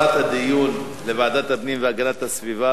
בעד העברת הדיון לוועדת הפנים והגנת הסביבה